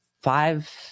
five